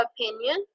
opinion